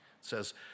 says